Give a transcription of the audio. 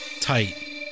tight